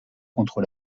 contre